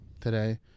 today